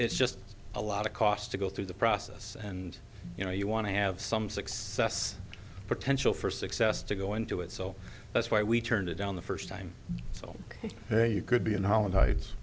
it's just a lot of cost to go through the process and you know you want to have some success potential for success to go into it so that's why we turned it down the first time so hey you could be in holland heights